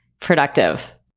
productive